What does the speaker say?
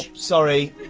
sorry!